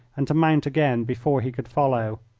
and to mount again before he could follow.